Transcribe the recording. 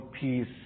peace